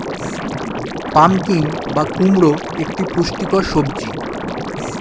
pumpkin বা কুমড়ো একটি পুষ্টিকর সবজি